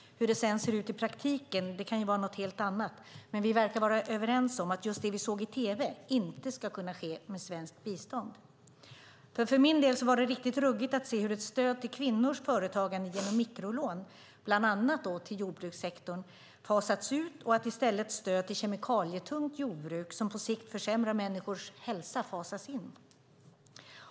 Hur det sedan ser ut i praktiken kan ju vara något helt annat. Men vi verkar vara överens om att just det vi såg i tv inte ska kunna ske med svenskt bistånd. För min del var det riktigt ruggigt att se hur ett stöd till kvinnors företagande genom mikrolån, bland annat till jordbrukssektorn, fasats ut och att i stället stöd till kemikalietungt jordbruk som på sikt försämrar människors hälsa fasas in.